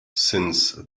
since